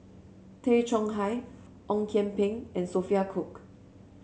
Tay Chong Hai Ong Kian Peng and Sophia Cooke